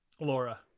Laura